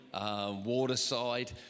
Waterside